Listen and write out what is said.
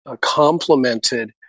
complemented